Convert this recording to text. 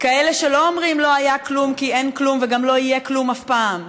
כאלה שלא אומרים: לא היה כלום כי אין כלום וגם לא יהיה כלום אף פעם,